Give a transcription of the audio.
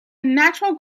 natural